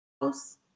house